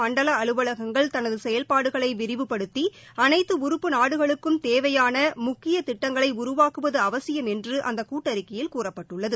மண்டல அலுவலகங்கள் தனது செயல்பாடுகளை விரிவுபடுத்தி அனைத்து உறுப்பு நாடுகளுக்கும் தேவையான முக்கிய திட்டங்களை உருவாக்குவது அவசியம் என்று அந்த கூட்டறிக்கையில் கூறப்பட்டுள்ளது